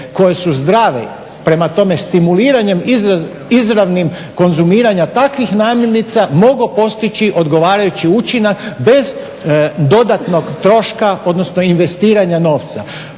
koje su zdrave, prema tome stimuliranjem izravnim konzumiranja takvih namirnica mogao postići odgovarajući učinak bez dodatnog troška odnosno investiranja novca.